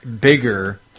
bigger